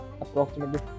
approximately